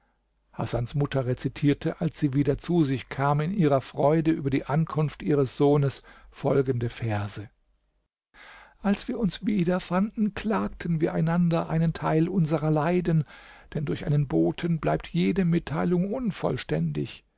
hasans mutter rezitierte als sie wieder zu sich kam in ihrer freude über die ankunft ihres sohnes folgende verse als wir uns wiederfanden klagten wir einander einen teil unserer leiden denn durch einen boten bleibt jede mitteilung unvollständig